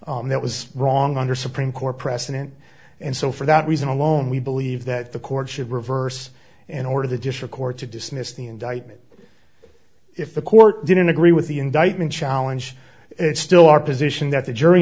dismiss that was wrong under supreme court precedent and so for that reason alone we believe that the court should reverse in order the district court to dismiss the indictment if the court didn't agree with the indictment challenge it's still our position that the jury